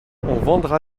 vendra